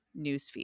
newsfeed